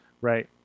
Right